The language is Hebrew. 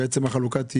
זה